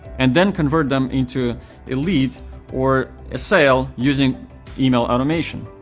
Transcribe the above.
and then convert them into a lead or a sale using email automation.